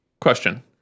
Question